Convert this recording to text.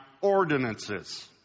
ordinances